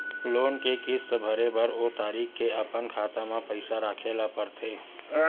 loan के किस्त भरे बर ओ तारीख के अपन खाता म पइसा राखे ल परथे